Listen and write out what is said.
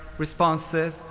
responsive,